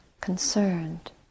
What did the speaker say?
concerned